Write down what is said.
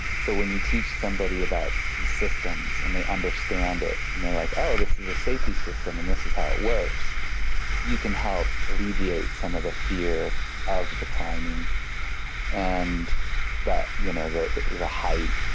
so when you teach somebody about these systems and they understand it, and they're like, oh this is a safety system, and this is how it works you can help alleviate some of the fear of the climbing and you know the the height.